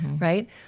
right